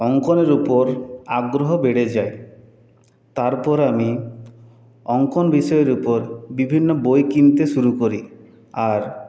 অঙ্কনের উপর আগ্রহ বেড়ে যায় তারপর আমি অঙ্কন বিষয়ের উপর বিভিন্ন বই কিনতে শুরু করি আর